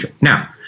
now